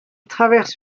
traverse